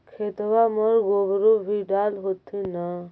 खेतबा मर गोबरो भी डाल होथिन न?